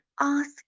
ask